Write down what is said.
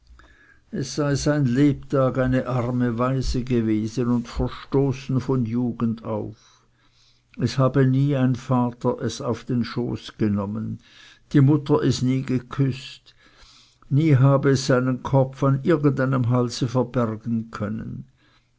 es sei sein lebtag eine arme waise gewesen und verstoßen von jugend auf es habe nie ein vater es auf den schoß genommen die mutter es nie geküßt nie habe es seinen kopf an irgend einem halse verbergen können